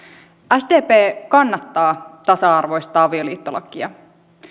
sdp kannattaa tasa arvoista avioliittolakia